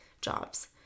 jobs